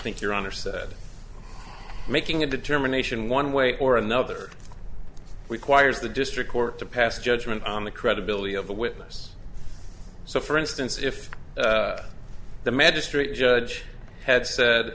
think your honor said making a determination one way or another requires the district court to pass judgment on the credibility of the witness so for instance if the magistrate judge had said